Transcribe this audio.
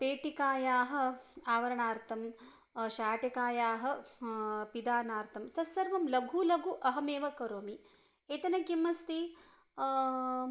पेटिकायाः आवरणार्थं शाटिकायाः पिदानार्थं तस्सर्वं लघु लघु अहमेव करोमि एतेन किम् अस्ति